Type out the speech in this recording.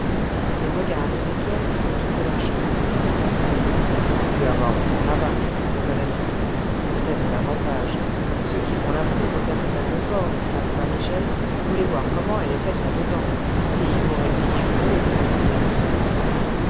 le regard d'ézéchiel fit le tour de la chambre j'aurais pu avoir autant là-bas grommela-t-il peut-être davantage ceux qui font la poule au café de la concorde place saint-michel voulaient voir comment elle est faite en dedans et ils m'auraient payé gros pour lui brûler le coeur